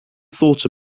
thought